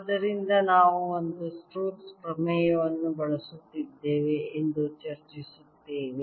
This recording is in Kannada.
ಆದ್ದರಿಂದ ನಾವು ಇಂದು ಸ್ಟೋಕ್ಸ್ ಪ್ರಮೇಯವನ್ನು ಬಳಸುತ್ತಿದ್ದೇವೆ ಎಂದು ಚರ್ಚಿಸುತ್ತೇವೆ